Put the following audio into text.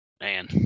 Man